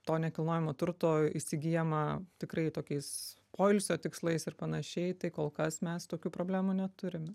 to nekilnojamo turto įsigyjama tikrai tokiais poilsio tikslais ir panašiai tai kol kas mes tokių problemų neturim